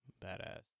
badass